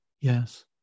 Yes